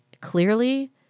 clearly